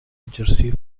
exercir